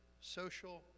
social